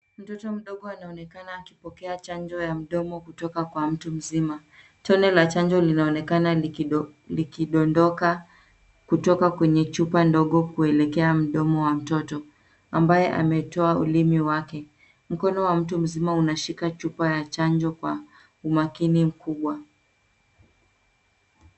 Mtoto mdogo anaonekana akipokea janjo ya mdomo kutoka kwa mtu mzima tone la janjo linaonekana likidondoka kutoka kwenye chupa ndogo kuekelea mdomo wa mtoto ambaye ametoa ulimi wake, mkono wa mtu mzima unashika chupa ya janjo kwa umakini mkubwa.